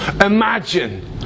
Imagine